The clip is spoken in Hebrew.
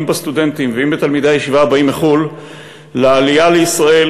אם בסטודנטים ואם בתלמידי הישיבה הבאים מחוץ-לארץ לעלייה לישראל,